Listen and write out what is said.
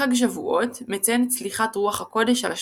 חג שבועות) – מציין את צליחת רוח הקודש על השליחים.